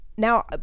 Now